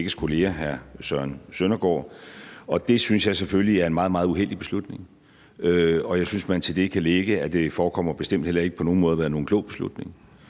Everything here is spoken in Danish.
det synes jeg selvfølgelig er en meget, meget uheldig beslutning. Og jeg synes, man dertil kan lægge, at det bestemt heller ikke på nogen måde forekommer at være nogen klog beslutning.